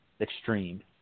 extreme